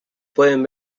pueden